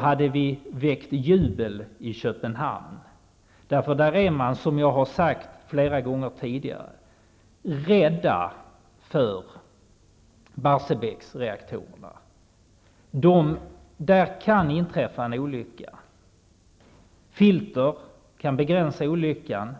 hade vi väckt jubel i Köpenhamn. Där är man nämligen, som jag har sagt fler gånger tidigare, rädd för Barsebäcksreaktorerna. Där kan inträffa en olycka. Det finns filter som kan begränsa olyckan.